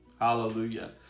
Hallelujah